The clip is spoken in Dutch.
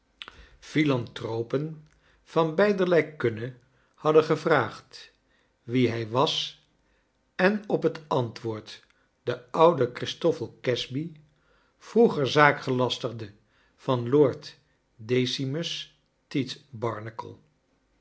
philantropen van beiderlei kunne hadden gevraagd wie hij was en op het antwoord de oude christoffel casby vroegerzaakgelastigde van lord decimus